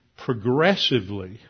progressively